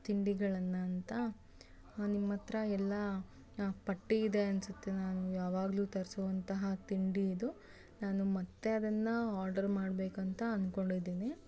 ತಿಂಡಿಗಳನ್ನು ಅಂತ ನಿಮ್ಮ ಹತ್ರ ಎಲ್ಲ ಪಟ್ಟಿ ಇದೆ ಅನಿಸುತ್ತೆ ನಾನು ಯಾವಾಗಲೂ ತರಿಸುವಂತಹ ತಿಂಡಿ ಇದು ನಾನು ಮತ್ತೆ ಅದನ್ನು ಆರ್ಡರ್ ಮಾಡಬೇಕಂತ ಅನ್ಕೊಂಡಿದ್ದೀನಿ